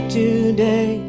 today